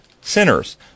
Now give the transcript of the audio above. sinners